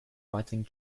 writing